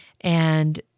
and-